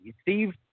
steve